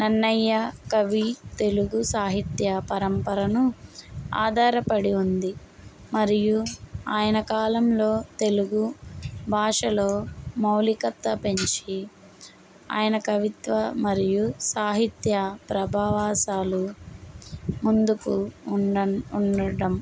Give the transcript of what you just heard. నన్నయ్య కవి తెలుగు సాహిత్య పరంపరను ఆధారపడి ఉంది మరియు ఆయన కాలంలో తెలుగు భాషలో మౌలికత్త పెంచి ఆయన కవిత్వ మరియు సాహిత్య ప్రభావాసాలు ముందుకు ఉండ ఉండడం